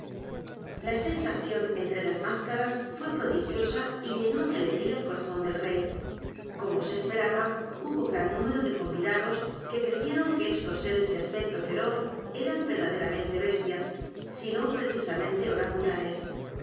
la sensación entre las máscaras fué prodigiosa y llenó de alegría el corazón del rey como se esperaba hubo gran número de convidados que creyeron que estos seres de aspecto feroz eran verdaderas bestias sino precisamente